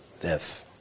Death